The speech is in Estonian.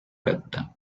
kätte